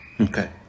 Okay